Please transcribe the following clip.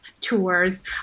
tours